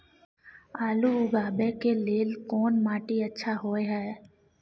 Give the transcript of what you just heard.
आलू उगाबै के लेल कोन माटी अच्छा होय है?